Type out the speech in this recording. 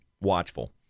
watchful